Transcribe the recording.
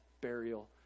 burial